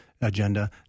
agenda